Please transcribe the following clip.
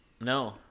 No